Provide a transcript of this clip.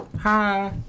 Hi